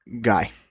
guy